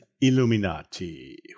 Illuminati